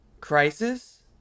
Crisis